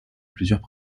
plusieurs